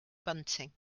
bunting